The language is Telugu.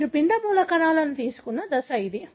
మీరు పిండ మూలకణాలను తీసుకున్న దశ ఇది